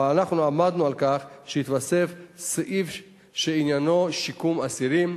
אבל אנחנו עמדנו על כך שיתווסף סעיף שעניינו שיקום אסירים,